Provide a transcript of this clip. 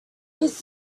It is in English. his